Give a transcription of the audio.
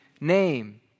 name